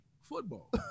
football